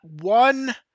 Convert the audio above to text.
one